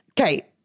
okay